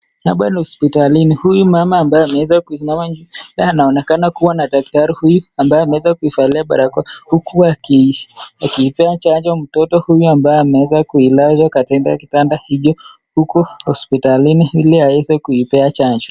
Hapa ni hospitalini huyu mama ambaye ameweza kusimana, anaonekana kuwa na daktari huyu ambaye ameeza kuvalia barakoa huku akipea chanjo mtoto ambaye ameweza kuilazwa katika kitanda hiki huku hospitali hili aweze kuipea chanjo.